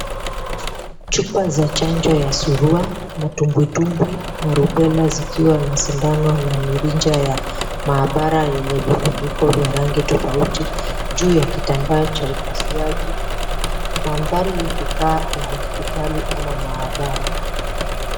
Chupa za chanjo ya surua, matumbwitumbwi na rubella zikiwa na shindano na mirija ya maabara yenye vifuniko vya rangi tofauti juu ya kitambaa cha upasuaji. Mandhari yakikaa ya hospitali ama maabara.